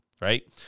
right